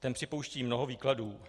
Ten připouští mnoho výkladů.